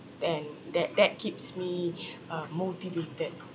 and that that keeps me uh motivated